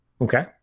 Okay